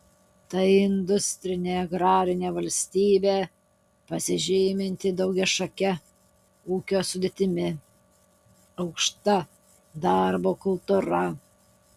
tai industrinė agrarinė valstybė pasižyminti daugiašake ūkio sudėtimi aukšta darbo kultūra